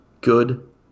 Good